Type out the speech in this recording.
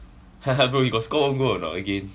bro you got score over or not again